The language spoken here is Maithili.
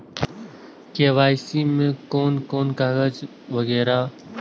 के.वाई.सी में कोन कोन कागज वगैरा?